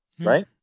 right